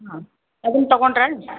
ಹಾಂ ಅದನ್ನು ತೊಗೊಂಡ್ರೇನ್